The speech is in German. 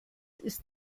ist